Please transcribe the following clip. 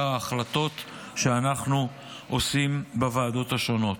ההחלטות שאנחנו מקבלים בוועדות השונות.